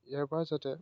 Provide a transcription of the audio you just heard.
ইয়াৰ পৰা যাতে